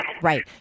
Right